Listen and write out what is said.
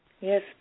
Yes